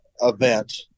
event